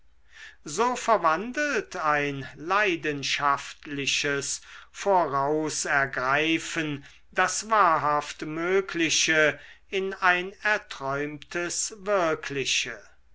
so verwandelt ein leidenschaftliches vorausergreifen das wahrhaft mögliche in ein erträumtes wirkliche